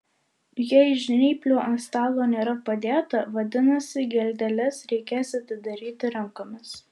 jei žnyplių ant stalo nėra padėta vadinasi geldeles reikės atidaryti rankomis